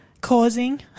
Causing